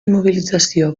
immobilització